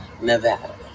Nevada